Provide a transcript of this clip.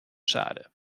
schade